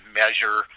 measure